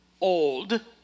old